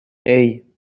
hey